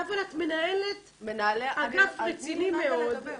אבל את מנהלת אגף רציני מאוד.